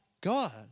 God